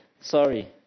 Sorry